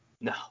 No